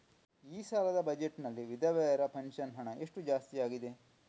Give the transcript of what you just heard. ಈ ಸಲದ ಬಜೆಟ್ ನಲ್ಲಿ ವಿಧವೆರ ಪೆನ್ಷನ್ ಹಣ ಎಷ್ಟು ಜಾಸ್ತಿ ಆಗಿದೆ?